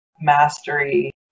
mastery